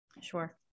Sure